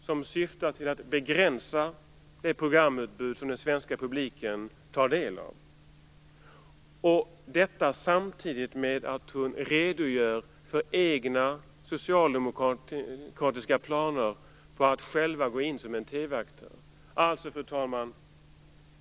Den syftar till att begränsa det programutbud som den svenska publiken tar del av. Detta samtidigt med att hon redogör för egna socialdemokratiska planer på att själva gå in som en TV Fru talman!